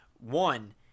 one